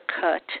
cut